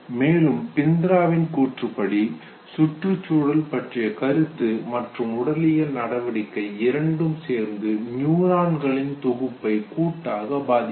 மேலும் பிந்த்ராவின் கூற்றுப்படி சுற்றுச்சூழல் பற்றிய கருத்து மற்றும் உடலியல் நடவடிக்கை இரண்டும் சேர்ந்து நியூரான்களின் தொகுப்பை கூட்டாக பாதிக்கும்